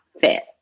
fit